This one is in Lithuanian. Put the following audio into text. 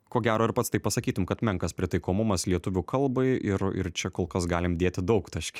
ko gero ir pats tai pasakytum kad menkas pritaikomumas lietuvių kalbai ir ir čia kol kas galim dėti daugtaškį